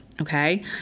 Okay